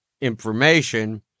information